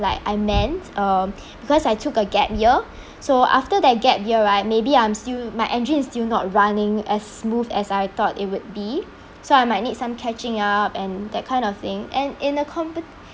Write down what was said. like I meant um because I took a gap year so after that gap year right maybe I'm still my engine is still not running as smooth as I thought it would be so I might need some catching up and that kind of thing and in a compe~